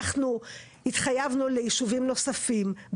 אנחנו התחייבנו ליישובים נוספים,